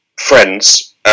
friends